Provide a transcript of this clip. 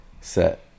set